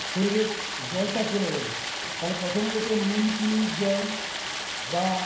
শরীরের জলটা চলে যাবে তাহলে প্রথমেই একে নুনচিনির জল বা